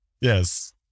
Yes